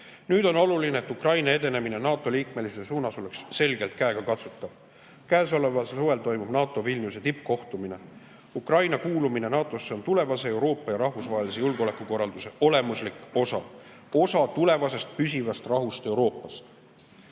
Nüüd on oluline, et Ukraina edenemine NATO liikmesuse suunas oleks selgelt käegakatsutav. Käesoleval suvel toimub NATO Vilniuse tippkohtumine. Ukraina kuulumine NATO‑sse on tulevase Euroopa ja rahvusvahelise julgeolekukorralduse olemuslik osa. Osa tulevasest püsivast rahust Euroopas. Eesti